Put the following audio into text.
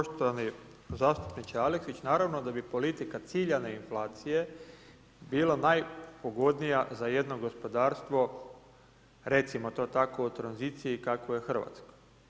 Poštovani zastupniče Aleksić, naravno da bi politika ciljane inflacije bila najpogodnija za jedno gospodarstvo, recimo to tako u tranziciji, kakvo je hrvatsko.